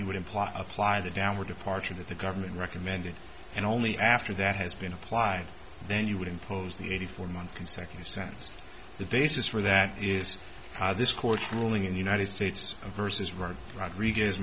you would imply apply the downward departure that the government recommended and only after that has been applied then you would impose the eighty four month consecutive sense that they says for that is this court's ruling in the united states of versus right rodriguez